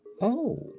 Oh